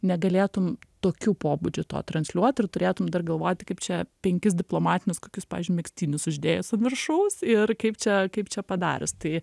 negalėtum tokiu pobūdžiu to transliuot ir turėtum dar galvoti kaip čia penkis diplomatinius kokius pavyzdžiui megztinis uždėjus ant viršaus ir kaip čia kaip čia padarius tai